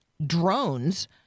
Drones